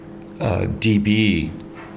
dB